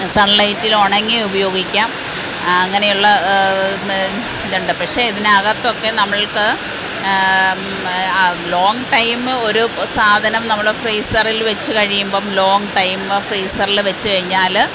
sun ലൈറ്റിൽ ഉണങ്ങി ഉപയോഗിക്കാം അങ്ങനെയുള്ള ഇതുണ്ട് പക്ഷെ ഇതിനകത്ത് നമ്മൾക്ക് ലോങ്ങ് ടൈമ് ഒരു സാധനം നമ്മള് ഫ്രീസറിൽ വച്ച് കഴിയുമ്പം ലോങ്ങ് ടൈമ് ഫ്രീസറില് വച്ച് കഴിഞ്ഞാല്